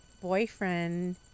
boyfriend